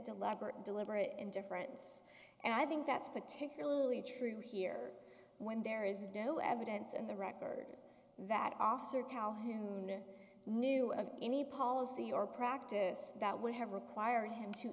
deliberate deliberate indifference and i think that's particularly true here when there is no evidence in the record that officer calhoun knew of any policy or practice that would have required him to